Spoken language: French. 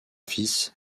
fils